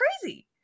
crazy